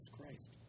Christ